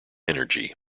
energy